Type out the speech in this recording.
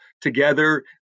together